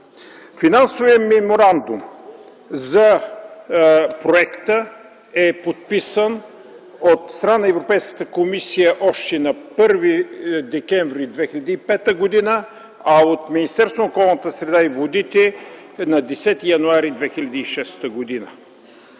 Финансовият меморандум за проекта е подписан от страна на Европейската комисия още на 1 декември 2005 г., а от Министерството на околната среда и водите – на 10 януари 2006 г.